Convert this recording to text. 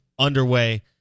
Underway